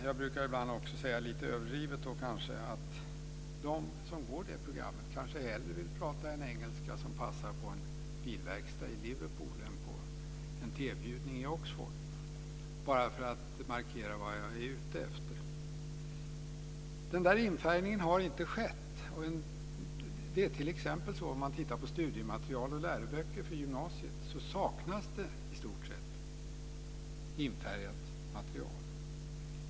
Jag brukar ibland lite överdrivet säga att de som går det programmet kanske hellre vill prata en engelska som passar på en bilverkstad i Liverpool än på en tebjudning i Oxford, bara för att markera vad jag är ute efter. Den där infärgningen har inte skett. Om man t.ex. tittar på studiematerial och läroböcker för gymnasiet finner man att det i stort sett saknas infärgat material.